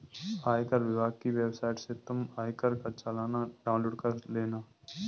आयकर विभाग की वेबसाइट से तुम आयकर का चालान डाउनलोड कर लेना